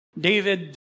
David